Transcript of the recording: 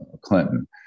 Clinton